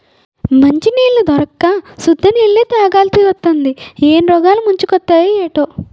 మంచినీళ్లు దొరక్క సుద్ద నీళ్ళే తాగాలిసివత్తాంది ఏం రోగాలు ముంచుకొత్తయే ఏటో